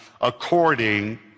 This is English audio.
according